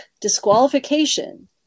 disqualification